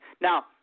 Now